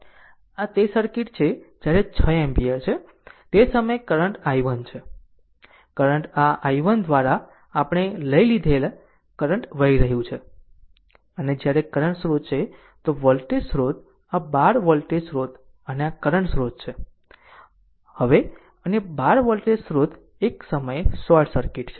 આ તે સર્કિટ છે જ્યારે 6 એમ્પીયર તે સમયે કરંટ i1 છે કરંટ આ i1 દ્વારા આપણે લઈ લીધેલ કરંટ વહી રહ્યું છે અને જ્યારે કરંટ સ્રોત છે તો વોલ્ટેજ સ્ત્રોત આ 12 વોલ્ટ વોલ્ટેજ સ્રોત અને આ કરંટ સ્રોત છે હવે અને 12 વોલ્ટ વોલ્ટેજ સ્રોત એક સમયે શોર્ટ સર્કિટ છે